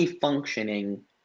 functioning